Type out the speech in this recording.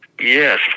Yes